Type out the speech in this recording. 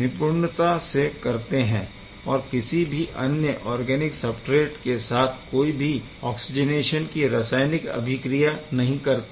निपूर्णता से करते है और किसी भी अन्य और्गैनिक सबस्ट्रेट के साथ कोई भी ऑक्सीजनेशन की रासायनिक अभिक्रिया नहीं करते